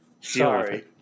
Sorry